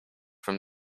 from